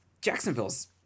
Jacksonville's